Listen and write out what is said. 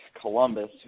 Columbus